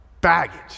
baggage